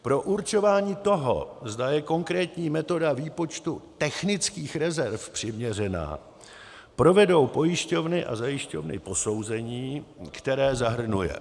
Při určování toho, zda je konkrétní metoda výpočtu technických rezerv přiměřená, provedou pojišťovny a zajišťovny posouzení, které zahrnuje: